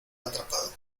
atrapado